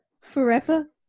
forever